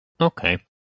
Okay